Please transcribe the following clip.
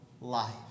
life